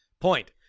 Point